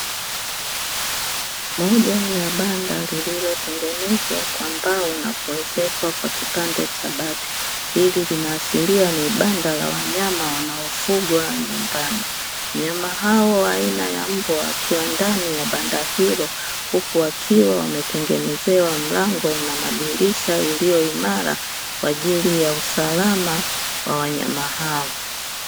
Moja la banda lililotengenezwa kwa mbao na kuezekwa kwa kipande cha bati hili lina ashiria ni banda la wanyama wanaofugwa nyumbani, wanyama hao aina ya mbwa wakiwa ndani ya banda huilo huku wakiwa wanetengenezewa mlango na madirisha iliyo imara kwajili ya usalama wa wanyama hao.